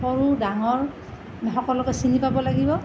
সৰু ডাঙৰ সকলোকে চিনি পাব লাগিব